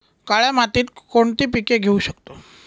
काळ्या मातीत कोणती पिके घेऊ शकतो?